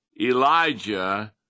Elijah